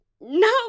no